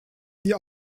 sie